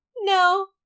no